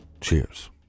cheers